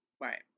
Right